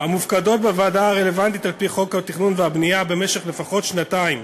שהופקדו בוועדה הרלוונטית על-פי חוק התכנון והבנייה במשך לפחות שנתיים